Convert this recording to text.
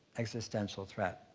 existential threat,